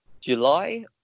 July